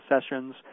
sessions